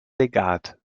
legat